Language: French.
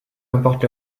importe